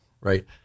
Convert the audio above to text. right